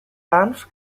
banff